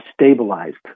stabilized